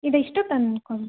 ಇದಿಷ್ಟು ತಂದ್ಕೊಂಡು